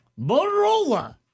motorola